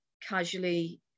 casually